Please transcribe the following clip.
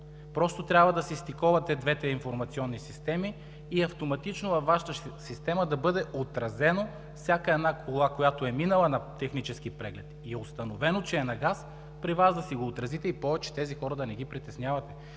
просто трябва да си стиковате двете информационни системи и автоматично във Вашата система да бъде отразена всяка една кола, която е минала на технически преглед и е установено, че е на газ, при вас да го отразите и повече тези хора да не ги притеснявате.